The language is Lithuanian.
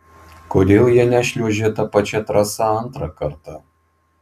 kodėl jie nešliuožė ta pačia trasa antrą kartą